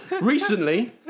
Recently